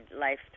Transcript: life